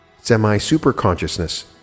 semi-superconsciousness